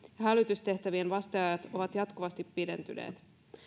hälytystehtävien vasteajat ovat jatkuvasti pidentyneet